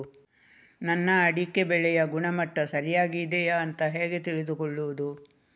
ನನ್ನ ಅಡಿಕೆ ಬೆಳೆಯ ಗುಣಮಟ್ಟ ಸರಿಯಾಗಿ ಇದೆಯಾ ಅಂತ ಹೇಗೆ ತಿಳಿದುಕೊಳ್ಳುವುದು?